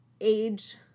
age